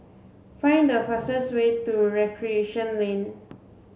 find the fastest way to Recreation Lane